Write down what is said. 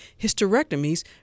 hysterectomies